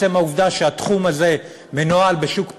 עצם העובדה שהתחום הזה מנוהל בשוק פרטי,